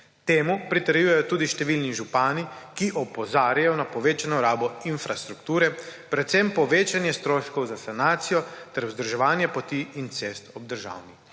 Temu pritrjujejo tudi številni župani, ki opozarjajo na povečano rabo infrastrukture, predvsem povečanje stroškov za sanacijo ter vzdrževanje poti in cest ob državni